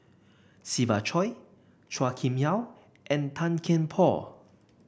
Siva Choy Chua Kim Yeow and Tan Kian Por